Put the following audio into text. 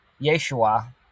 Yeshua